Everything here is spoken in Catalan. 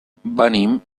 venim